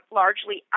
largely